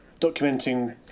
documenting